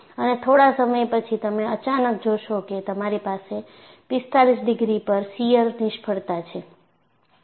અને થોડા સમય પછી તમે અચાનક જોશો કે તમારી પાસે 45 ડિગ્રી પર શીયર નિષ્ફળતા છે